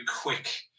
quick